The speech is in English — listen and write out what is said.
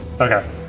Okay